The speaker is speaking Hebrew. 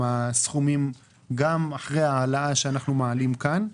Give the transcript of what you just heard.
הסכומים גם אחרי ההעלאה שאנחנו מעלים כאן,